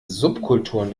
subkulturen